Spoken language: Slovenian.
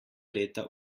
leta